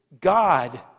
God